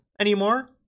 anymore